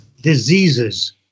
diseases